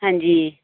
हां जी